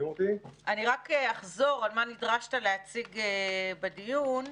אני רק אחזור על מה נדרשת להציג בדיון.